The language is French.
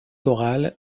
orale